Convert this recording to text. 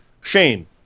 Shane